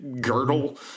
girdle